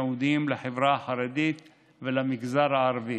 ייעודיים לחברה החרדית ולמגזר הערבי.